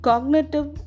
Cognitive